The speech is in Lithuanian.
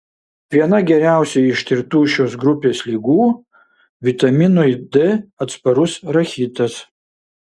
viena geriausiai ištirtų šios grupės ligų vitaminui d atsparus rachitas